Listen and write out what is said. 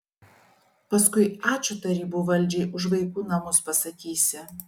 paskui ačiū tarybų valdžiai už vaikų namus pasakysi